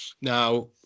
Now